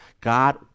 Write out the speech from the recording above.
God